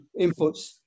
inputs